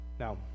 Now